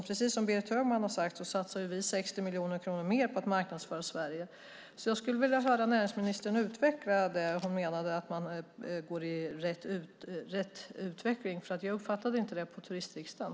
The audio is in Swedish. Precis som Berit Högman har sagt satsar vi 60 miljoner kronor mer på att marknadsföra Sverige. Jag skulle därför vilja höra näringsministern utveckla sitt resonemang om att man går i rätt riktning. Jag uppfattade nämligen inte det på Turistriksdagen.